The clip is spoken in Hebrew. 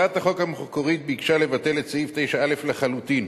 הצעת החוק המקורית ביקשה לבטל את סעיף 9א לחלוטין